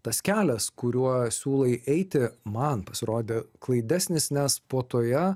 tas kelias kuriuo siūlai eiti man pasirodė klaidesnis nes puotoje